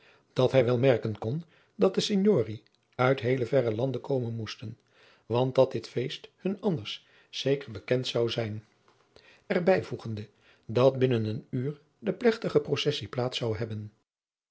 dat hij wel merken kon dat de signori uit heele verre landen komen moesten want dat dit feest hun anders zeker bekend zou zijn er bijvoegende dat binnen een uur deplegtige processie plaats zou hebben